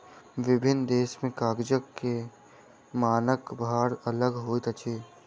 विभिन्न देश में कागज के मानक भार अलग होइत अछि